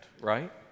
right